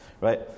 right